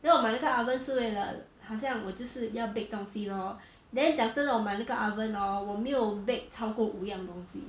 then 我买那个 oven 是为了好像我就是要 bake 东西 lor then 讲真的我买那个 oven hor 我没有 bake 超过五样东西